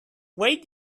wait